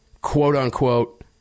quote-unquote